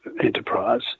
enterprise